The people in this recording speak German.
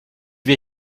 wir